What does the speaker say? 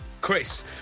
Chris